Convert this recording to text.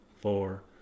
four